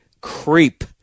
creep